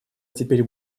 теперь